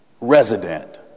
resident